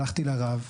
הלכתי לרב,